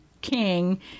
King